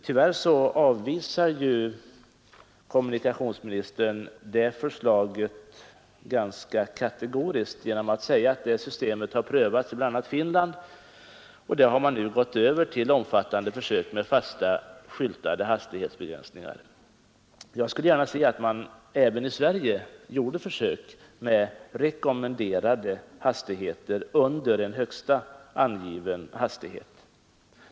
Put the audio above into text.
Tyvärr avvisar kommunikationsministern det förslaget ganska kategoriskt genom att säga att det systemet har prövats i bl.a. Finland och att man där gått över till omfattande försök med fasta skyltade hastighetsbegränsningar. Jag skulle gärna se att man även i Sverige gjorde försök med rekommenderade hastigheter under en högsta angiven hastighet.